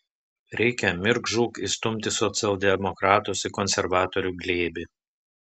reikia mirk žūk įstumti socialdemokratus į konservatorių glėbį